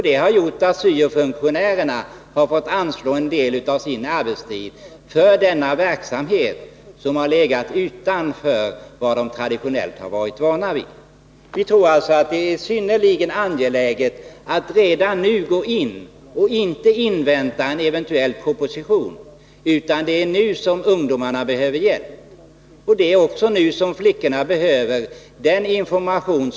Det har gjort att syo-funktionärerna fått anslå en del av sin arbetstid för denna verksamhet, som har legat utanför vad de traditionellt varit vana vid. Vi tror alltså att det är synnerligen angeläget att redan nu gå in och inte invänta en eventuell proposition, för det är nu som ungdomarna behöver hjälp. Och det är också nu som flickorna behöver information.